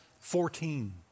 Fourteen